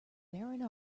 bearing